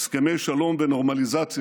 הסכמי שלום ונורמליזציה,